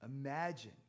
Imagine